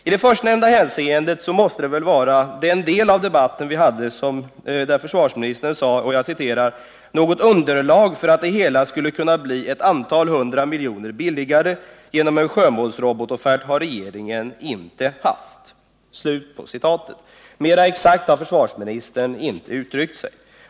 I det första hänseendet måste försvarsministern väl mena den del av debatten där han sade: ”Något underlag för att det hela skulle kunna bli ett antal hundra miljoner billigare genom en sjömålsrobotoffert har regeringen inte haft.” Mera exakt har försvarsministern inte uttryckt sig.